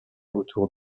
autour